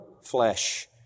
flesh